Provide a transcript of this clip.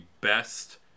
best